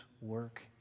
work